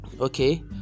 okay